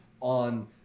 on